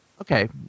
Okay